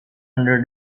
under